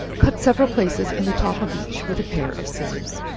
cut several places in the top of each with a pair of scissors.